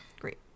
great